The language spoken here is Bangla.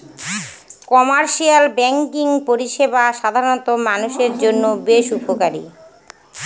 কমার্শিয়াল ব্যাঙ্কিং পরিষেবা সাধারণ মানুষের জন্য বেশ উপকারী